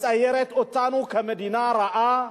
מציירת אותנו כמדינה רעה,